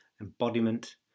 embodiment